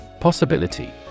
Possibility